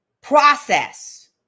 process